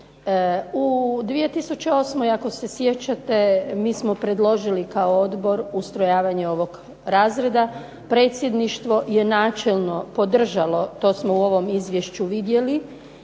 U 2008. ako se sjećate mi smo predložili kao odbor ustrojavanje ovog razreda, predsjedništvo je načelno podržalo, to smo u ovom izvješću vidjeli,